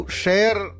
share